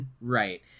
Right